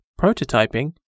prototyping